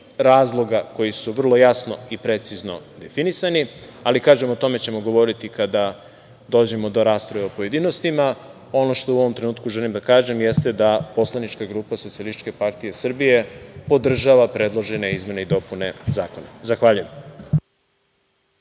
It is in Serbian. razloga koji su vrlo jasno i precizno definisani, ali o tome ćemo kada dođemo do rasprave u pojedinostima. Ono što u ovom trenutku želim da kažem jeste da Poslanička grupa SPS podržava predložene izmene i dopune zakona. Zahvaljujem.